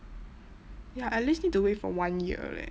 ya at least need to wait for one year leh